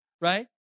right